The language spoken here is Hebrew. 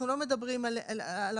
אנחנו לא מדברים על הרחבה.